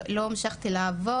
לא המשכתי לעבוד,